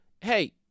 Hey